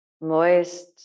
moist